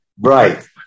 Right